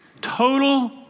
Total